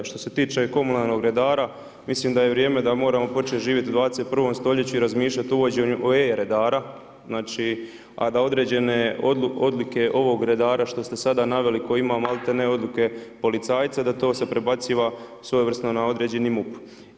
Što se tiče komunalnog redara, mislim da je vrijeme da moramo početi živjeti u 21 st. i razmišljati o uvođenju e-redara, znači a da određene odlike ovog redara što ste sada naveli koji ima maltene odluke policajca da to se prebaciva svojevrsno na određeni MUP.